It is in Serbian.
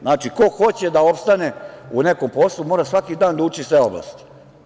Znači, ko hoće da opstane u nekom poslu, mora svaki dan da uči iz te oblasti.